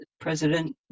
president